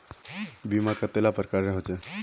बीमा कतेला प्रकारेर होचे?